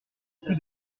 coup